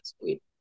sweet